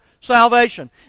salvation